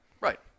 right